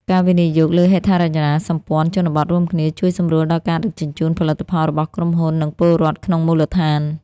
ការវិនិយោគលើហេដ្ឋារចនាសម្ព័ន្ធជនបទរួមគ្នា ជួយសម្រួលដល់ការដឹកជញ្ជូនផលិតផលរបស់ក្រុមហ៊ុន និងពលរដ្ឋក្នុងមូលដ្ឋាន។